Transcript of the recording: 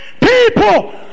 people